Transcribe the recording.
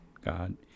God